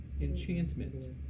enchantment